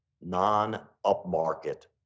non-upmarket